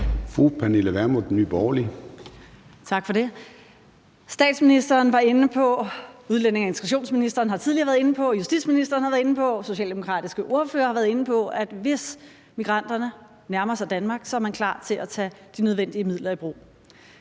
Tak for det. Statsministeren var inde på, udlændinge- og integrationsministeren har tidligere været inde på, justitsministeren har været inde på, og den socialdemokratiske ordfører har været inde på, at hvis migranterne nærmer sig Danmark, er man klar til at tage de nødvendige midler i brug.